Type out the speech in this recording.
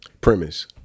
premise